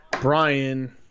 Brian